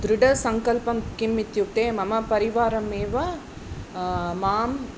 दृढसङ्कल्पः किम् इत्युक्ते मम परिवारः एव माम्